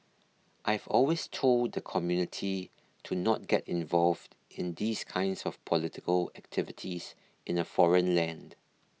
I've always told the community to not get involved in these kinds of political activities in a foreign land